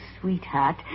sweetheart